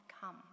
come